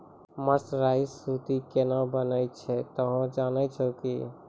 mercerised सूती केना बनै छै तोहों जाने छौ कि